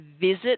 visit